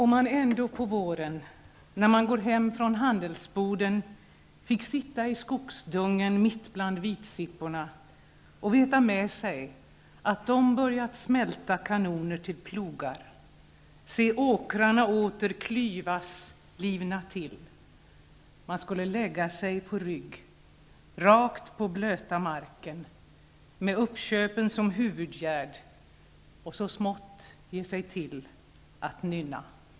Herr talman! när man går hem från handelsboden mitt bland vitsipporna och veta med sig att dom börjat smälta kanoner se åkrarna åter klyvas livna till man skulle lägga sig på rygg rakt på blöta marken så smått ge sig till att nynna.